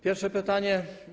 Pierwsze pytanie.